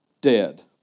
dead